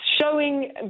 showing